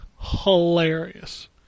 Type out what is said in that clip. hilarious